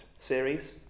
series